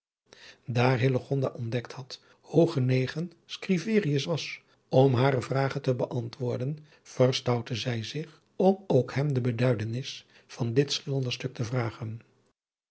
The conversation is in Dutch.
hillegonda ontdekt had hoe genegen scriverius was om hare vragen te beantwoorden verstoutte zij zich om ook hem de beduidenis van dit schilderstuk te vragen